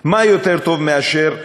מה יותר טוב מאשר להגיד: